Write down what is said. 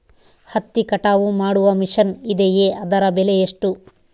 ಹತ್ತಿ ಕಟಾವು ಮಾಡುವ ಮಿಷನ್ ಇದೆಯೇ ಅದರ ಬೆಲೆ ಎಷ್ಟು?